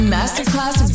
Masterclass